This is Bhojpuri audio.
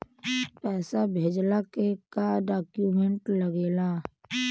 पैसा भेजला के का डॉक्यूमेंट लागेला?